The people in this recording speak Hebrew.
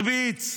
הרביץ.